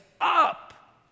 up